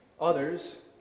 Others